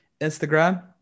Instagram